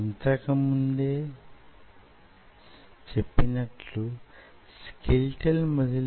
మీ base line లో కోణం మారే అవకాశం వున్నది